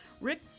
Rick